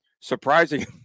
surprising